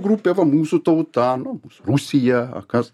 grupė va mūsų tauta nu mūsų rusija a kas